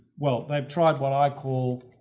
well they've tried what i call,